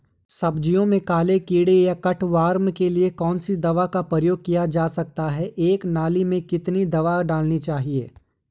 सब्जियों में काले कीड़े या कट वार्म के लिए कौन सी दवा का प्रयोग किया जा सकता है एक नाली में कितनी दवा डालनी है?